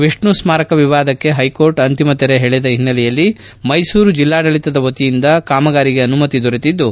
ವಿಷ್ಣು ಸ್ನಾರಕ ವಿವಾದಕ್ಕೆ ಹೈಕೋರ್ಟ್ ಅಂತಿಮ ತೆರೆ ಎಳೆದ ಹಿನ್ನೆಲೆಯಲ್ಲಿ ಮೈಸೂರು ಜಿಲ್ಲಾಡಳಿತದ ವತಿಯಿಂದ ಕಾಮಗಾರಿಗೆ ಅನುಮತಿ ದೊರೆತಿದ್ದು